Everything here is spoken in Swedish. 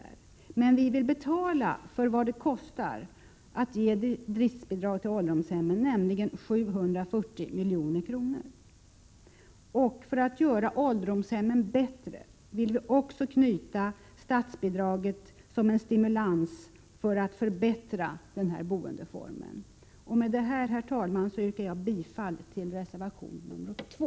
25 maj 1988 Vi vill betala vad det kostar att ge driftsbidrag till dem, nämligen 740 milj.kr. För att göra ålderdomshemmen bättre vill vi också utforma statsbidraget till en stimulans att förbättra denna boendeform. Med detta, herr talman, yrkar jag bifall till reservation 2.